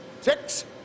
Six